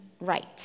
right